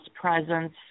presence